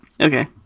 Okay